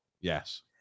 yes